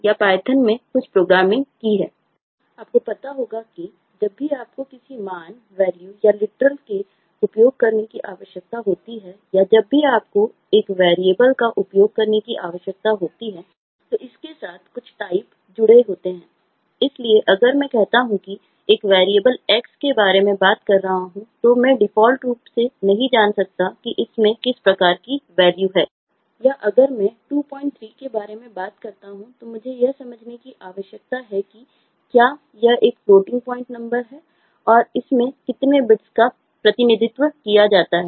या अगर मैं 23 के बारे में बात करता हूं तो मुझे यह समझने की आवश्यकता है कि क्या यह एक फ्लोटिंग पॉइंट नंबर है और इसमें कितने बिट्स का प्रतिनिधित्व किया जाता है